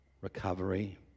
recovery